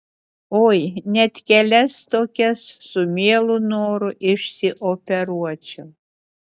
oi net kelias tokias su mielu noru išsioperuočiau